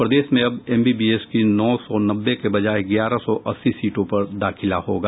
प्रदेश में अब एमबीबीएस की नौ सौ नब्बे के बजाय ग्यारह सौ अस्सी सीटों पर दाखिला होगा